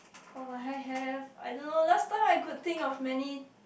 what will I have I don't know last time I could think of many